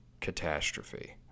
catastrophe